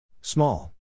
Small